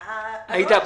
עאידה,